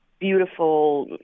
beautiful